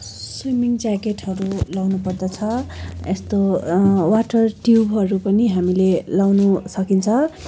swimming ज्याकेटहरू लाउनुपर्दछ यस्तो वाटर ट्युबहरू पनि हामीले लगाउनु सकिन्छ